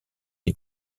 des